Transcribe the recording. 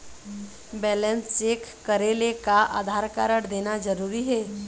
Balance check करेले का Aadhaar card देना जरूरी हे?